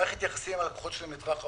מערכת יחסים עם הלקוחות שלהם לטווח ארוך,